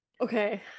Okay